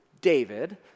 David